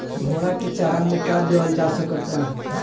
घोड़ा के चारा मे का देवल जा सकत बा?